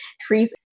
trees